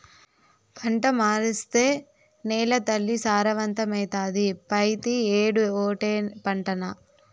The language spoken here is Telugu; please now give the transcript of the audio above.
పంట మార్సేత్తే నేలతల్లి సారవంతమైతాది, పెతీ ఏడూ ఓటే పంటనా